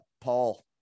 Paul